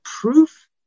proof